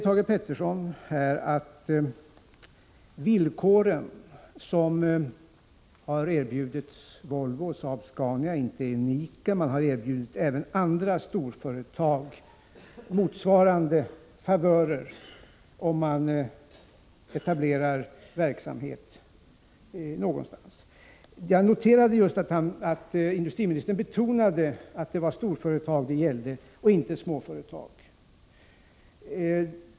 Thage Peterson säger att de villkor som erbjudits Volvo och Saab-Scania inte är unika och att även andra storföretag som etablerat verksamhet i ett område har erbjudits motsvarande favörer. Jag noterade att industriministern betonade att det var storföretag det gällde, inte småföretag.